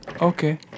Okay